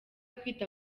kwita